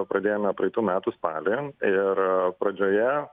pradėjome praeitų metų spalį ir pradžioje